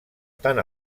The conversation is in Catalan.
tant